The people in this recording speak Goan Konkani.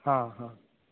आ हा